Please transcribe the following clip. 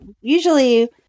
usually